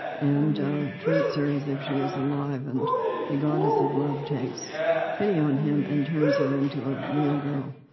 and treats her as if she is alive. alive. and the goddess of love takes pity on him, and turns her into a real girl.